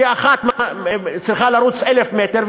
כי אחת צריכה לרוץ 1,000 מטר,